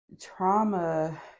Trauma